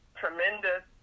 tremendous